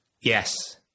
Yes